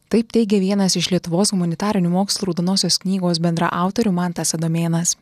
taip teigė vienas iš lietuvos humanitarinių mokslų raudonosios knygos bendraautorių mantas adomėnas